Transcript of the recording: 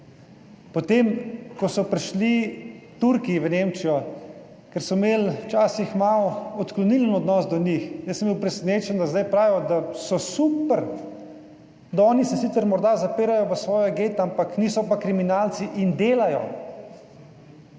Potem, ko so prišli Turki v Nemčijo, ker so imeli včasih malo odklonilen odnos do njih, jaz sem bil presenečen, da zdaj pravijo, da so super, da oni se sicer morda zapirajo v svoje geta, ampak niso pa kriminalci in delajo.